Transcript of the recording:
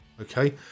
Okay